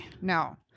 No